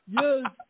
Yes